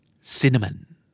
Cinnamon